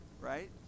right